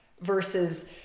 versus